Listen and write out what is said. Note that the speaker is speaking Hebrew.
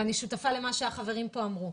ואני שותפה למה שהחברים פה אמרו.